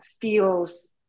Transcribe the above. feels